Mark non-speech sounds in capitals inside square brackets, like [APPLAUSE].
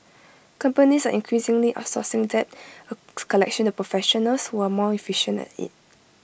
companies are increasingly outsourcing debt [HESITATION] collection to professionals who are more efficient at IT